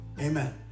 Amen